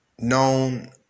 Known